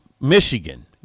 Michigan